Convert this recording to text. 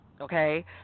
Okay